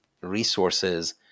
resources